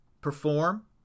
perform